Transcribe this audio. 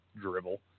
dribble